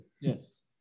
Yes